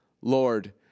Lord